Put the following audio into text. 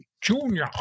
Junior